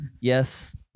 yes